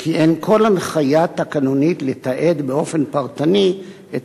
כי אין כל הנחיה תקנונית לתעד באופן פרטני את